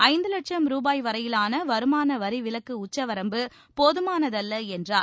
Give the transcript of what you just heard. ஐந்து வட்சம் ரூபாய் வரையிலான வருமான வரிவிலக்கு உச்சவரம்பு போதமானதல்ல என்றார்